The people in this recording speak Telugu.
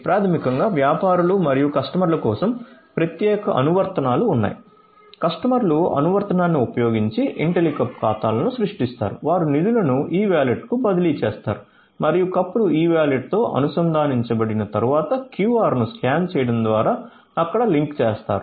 ప్రాథమికంగా వ్యాపారులు మరియు కస్టమర్ల కోసం ప్రత్యేక అనువర్తనాలు ఉన్నాయి కస్టమర్లు అనువర్తనాన్ని ఉపయోగించి ఇంటెలికప్ ఖాతాలను సృష్టిస్తారు వారు నిధులను ఇ వాలెట్కు బదిలీ చేస్తారు మరియు కప్పులు ఇ వాలెట్తో అనుసంధానించబడిన తర్వాత క్యూఆర్ను స్కాన్ చేయడం ద్వారా అక్కడ లింక్ చేస్తారు